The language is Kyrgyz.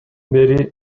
бери